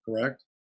correct